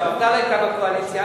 והמפד"ל היתה בקואליציה.